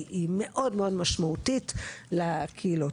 היא מאוד מאוד משמעותית לקהילות.